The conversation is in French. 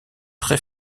très